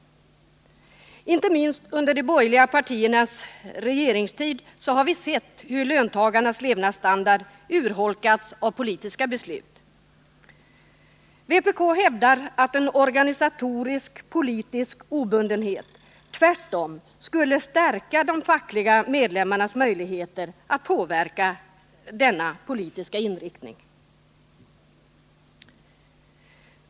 Inte minst under de borgerliga partiernas regeringstid har vi sett hur löntagarnas levnadsstandard urholkats av politiska beslut. Vpk hävdar att en organisatorisk, politisk obundenhet tvärtom skulle stärka de fackliga medlemmarnas möjligheter att påverka denna politiska inriktning.